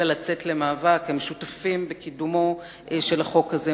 אלא לצאת למאבק, והם שותפים בקידומו של החוק הזה.